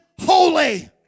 holy